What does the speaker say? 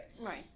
Right